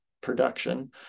production